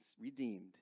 redeemed